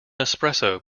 espresso